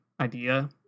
idea